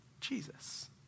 Jesus